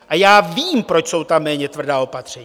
A já vím, proč jsou tam méně tvrdá opatření.